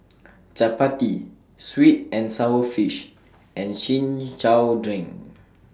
Chappati Sweet and Sour Fish and Chin Chow Drink